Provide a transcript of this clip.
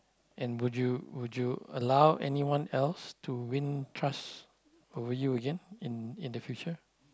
and would you would you allow anyone else to win trust over you again in in the future